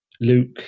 Luke